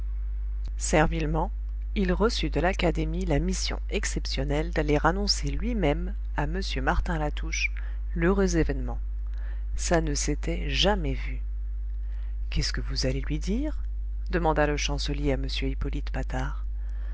servilement il reçut de l'académie la mission exceptionnelle d'aller annoncer lui-même à m martin latouche l'heureux événement ça ne s'était jamais vu qu'est-ce que vous allez lui dire demanda le chancelier à m hippolyte patard